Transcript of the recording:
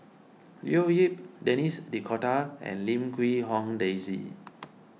Leo Yip Denis D'Cotta and Lim Quee Hong Daisy